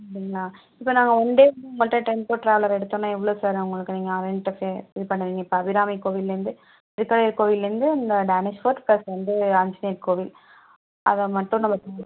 அப்படிங்களா இப்போ நாங்கள் ஒன் டே வந்து உங்கள்கிட்ட டெம்போ டிராவலர் எடுத்தோம்ன்னா எவ்வளோ சார் உங்களுக்கு நீங்கள் ரெண்ட்டுக்கு இது பண்ணுவீங்க இப்போ அபிராமி கோயில்லருந்து திருக்கடையூர் கோயில்லருந்து இந்த டேனிஷ் கோர்ட் பிளஸ் வந்து ஆஞ்சநேயர் கோயில் அதை மட்டும் தான்